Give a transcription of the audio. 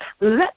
Let